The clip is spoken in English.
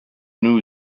new